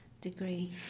degree